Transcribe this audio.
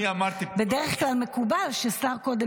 בדרך כלל מקובל ששר קודם